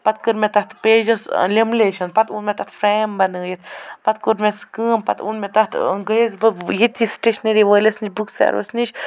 پتہٕ کٔر مےٚ تتھ پیجس لیملیشن پتہٕ اوٚن مےٚ تتھ فریم بنٲیِتھ پتہٕ کوٚرمٮ۪س کٲم پتہٕ اوٚن مےٚ تتھ گٔیس بہٕ ییٚتھی سِٹیشنری وٲلِس نِش بُک سیلرس نِش